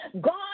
God